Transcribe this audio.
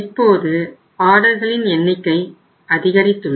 இப்போது ஆர்டர்களின் எண்ணிக்கை அதிகரித்துள்ளது